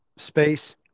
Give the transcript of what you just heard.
Space